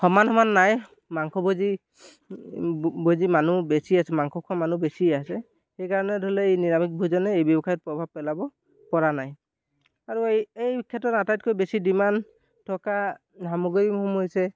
সমান সমান নাই মাংস ভোজী ভোজী মানুহ বেছি আছে মাংসখোৱা মানুহ বেছি আছে সেইকাৰণে ধৰি লওক এই নিৰামিষ ভোজনে এই ব্যৱসায়ত প্ৰভাৱ পেলাব পৰা নাই আৰু এই এই ক্ষেত্ৰত আটাইতকৈ বেছি ডিমাণ্ড থকা সামগ্ৰীসমূহ হৈছে